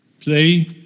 play